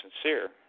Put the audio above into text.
sincere